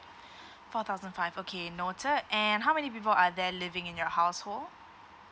four thousand five okay noted and how many people are there living in your household